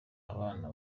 abana